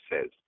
says